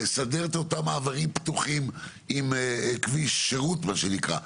לסדר את אותם מעברים פתוחים עם כביש שרות מה שנקרא,